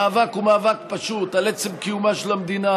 המאבק הוא מאבק פשוט על עצם קיומה של המדינה,